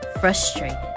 frustrated